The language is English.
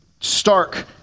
stark